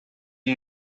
you